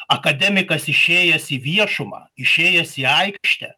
akademikas išėjęs į viešumą išėjęs į aikštę